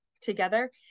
together